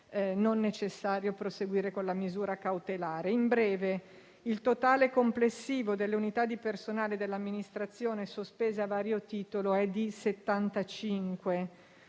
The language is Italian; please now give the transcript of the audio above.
non necessario proseguire con la misura cautelare. In breve, il totale complessivo delle unità di personale dell'amministrazione sospese a vario titolo è di